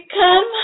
come